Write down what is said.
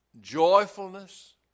joyfulness